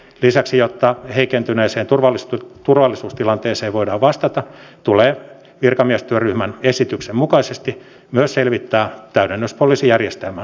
lisäksi jotta heikentyneeseen turvallisuustilanteeseen voidaan vastata tulee virkamiestyöryhmän esityksen mukaisesti myös selvittää täydennyspoliisijärjestelmän käyttöönottamista